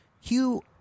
Hugh